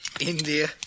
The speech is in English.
India